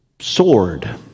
sword